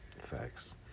Facts